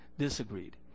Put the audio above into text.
Disagreed